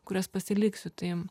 kurias pasiliksiu tai